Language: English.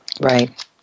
Right